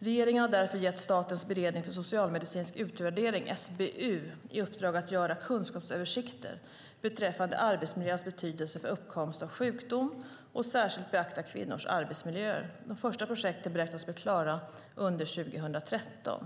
Regeringen har därför gett Statens beredning för medicinsk utvärdering, SBU, i uppdrag att göra kunskapsöversikter beträffande arbetsmiljöns betydelse för uppkomst av sjukdom och särskilt beakta kvinnors arbetsmiljöer. De första projekten beräknas bli klara under 2013.